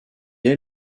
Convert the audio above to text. est